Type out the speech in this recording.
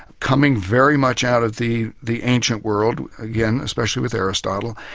coming very much out of the the ancient world, again, especially with aristotle,